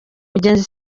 mugenzi